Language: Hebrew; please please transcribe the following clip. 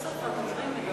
סוף-סוף הדוברים מדברים.